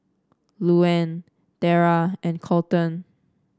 Louann Terra and Colton